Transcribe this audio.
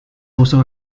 also